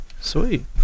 sweet